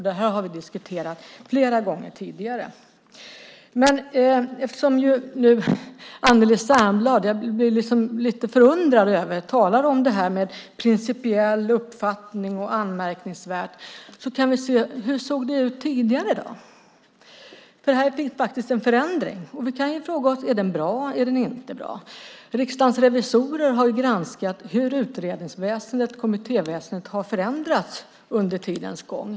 Detta har vi diskuterat flera gånger tidigare. Jag är lite förundrad över att Anneli Särnblad talar om principiell uppfattning och att det är anmärkningsvärt. Hur såg det ut tidigare? Här har vi faktiskt en förändring. Vi kan fråga oss om den är bra eller inte. Riksdagens revisorer har granskat hur utredningsväsendet och kommittéväsendet har förändrats under tidens gång.